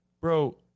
bro